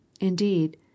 indeed